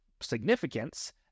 significance